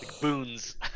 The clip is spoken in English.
Boons